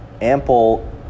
ample